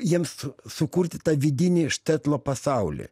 jiems sukurti tą vidinį štetlo pasaulį